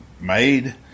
made